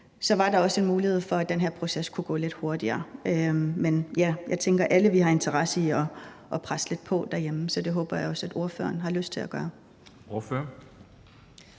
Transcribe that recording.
så var der også en mulighed for, at den her proces kunne gå lidt hurtigere. Men jeg tænker, at vi alle har en interesse i at presse lidt på derhjemme. Så det håber jeg også at ordføreren har lyst til at gøre.